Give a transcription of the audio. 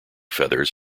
feathers